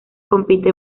compite